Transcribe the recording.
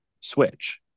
switch